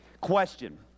Question